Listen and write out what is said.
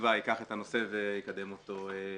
בתקווה ייקח את הנושא הזה, יקדם אותו.